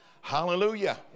Hallelujah